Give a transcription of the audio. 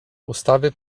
ustawy